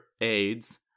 AIDS